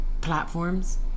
platforms